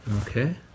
Okay